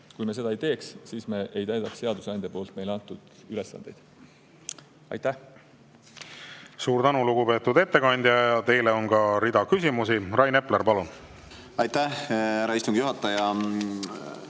Kui me seda ei teeks, siis me ei täidaks seadusandja poolt meile antud ülesandeid. Aitäh! Suur tänu, lugupeetud ettekandja! Teile on ka rida küsimusi. Rain Epler, palun! Suur tänu,